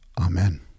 Amen